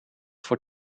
voor